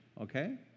okay